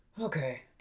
Okay